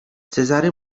cezary